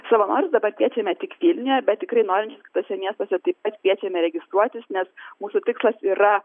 savanorius dabar kviečiame tik vilniuje bet tikrai norinčius kituose miestuose taip pat kviečiame registruotis nes mūsų tikslas yra